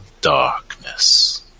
darkness